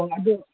ꯑꯣ ꯑꯗꯨ